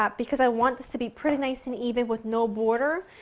but because i want this to be pretty nice and even with no boarder.